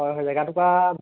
হয় হয় জেগা টুকুৰা